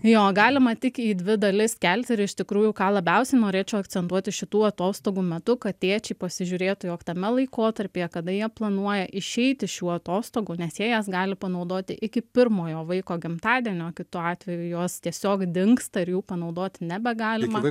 jo galima tik į dvi dalis skelti ir iš tikrųjų ką labiausiai norėčiau akcentuoti šitų atostogų metu kad tėčiai pasižiūrėtų jog tame laikotarpyje kada jie planuoja išeiti šių atostogų nes jie jas gali panaudoti iki pirmojo vaiko gimtadienio kitu atveju jos tiesiog dingsta ir jų panaudoti nebegalima